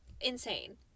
Insane